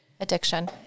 addiction